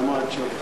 (התנאים להעברת רשיון רכב),